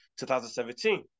2017